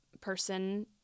person